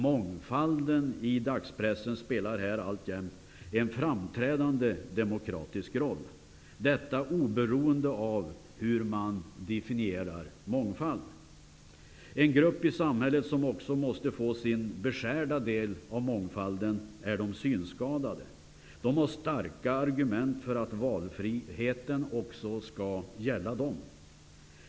Mångfalden i dagspressen spelar här alltjämt en framträdande demokratisk roll, oberoende av hur man definierar ordet mångfald. En grupp i samhället som också måste få sin beskärda del av mångfalden är de synskadade. De har starka argument för att valfriheten också skall gälla dem.